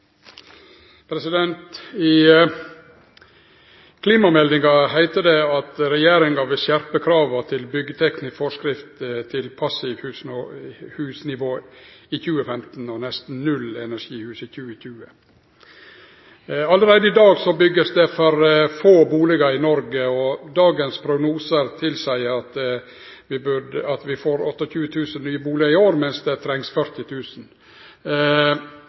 replikkordskifte. I klimameldinga heiter det at regjeringa vil skjerpe «energikravene i byggeteknisk forskrift til passivhusnivå i 2015 og nesten nullenerginivå i 2020». Allereie i dag vert det bygt for få bustader i Noreg. Dagens prognosar tilseier at vi får 28 000 nye bustader i år, mens det trengst